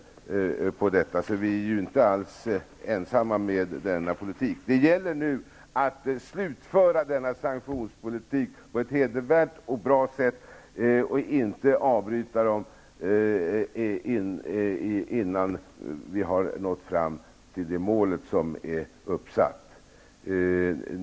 Vi är alltså inte alls ensamma om detta slags politik. Vad som nu gäller är att slutföra denna sanktionspolitik på ett hedervärt och bra sätt och inte avbryta den, innan vi har nått fram till det mål som är uppsatt.